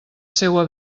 seua